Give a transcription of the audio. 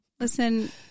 Listen